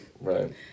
Right